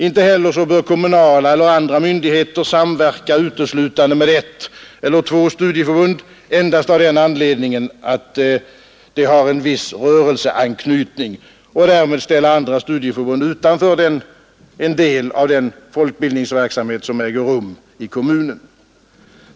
Inte heller bör kommunala eller andra myndigheter samverka uteslutande med ett eller två studieförbund endast av den anledningen att det — eller de — har en viss rörelseanknytning, och därmed ställa andra studieförbund utanför en del av den folkbildningsverksamhet som äger rum i kommunen.